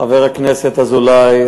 חבר הכנסת אזולאי,